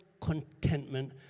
contentment